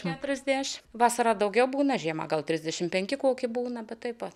keturiasdešimt vasarą daugiau būna žiemą galtrisdešimt penki koki būna bet taip pat